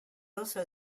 also